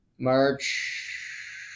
March